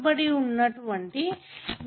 dl 00ddtE